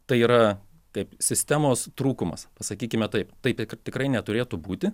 tai yra taip sistemos trūkumas pasakykime taip taip tikrai neturėtų būti